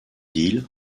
îles